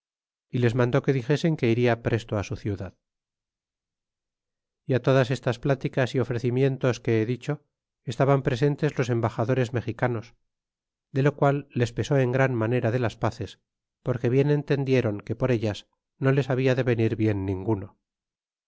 y les mandó que dixesen que iria presto su ciudad e todas estas pláticas y ofrecimientos que he dicho estaban presentes las embaxadores me xicanos de lo qual les pesó en gran manera de las pazes porque bien entendiérou que por ellas no les habia de venir bien ninguno